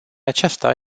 aceasta